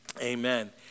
Amen